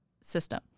system